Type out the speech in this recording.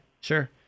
sure